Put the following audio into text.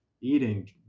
Eating